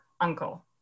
uncle